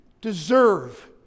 deserve